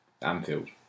Anfield